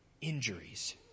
injuries